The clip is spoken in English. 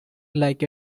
like